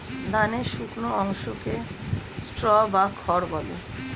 ধানের শুকনো অংশকে স্ট্র বা খড় বলে